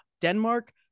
Denmark